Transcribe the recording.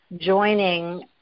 joining